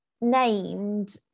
named